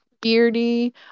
beardy